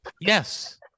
yes